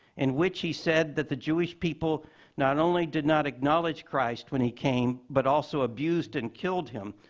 in which he said that the jewish people not only did not acknowledge christ when he came but also abused and killed him,